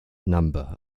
number